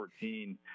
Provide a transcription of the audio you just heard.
2014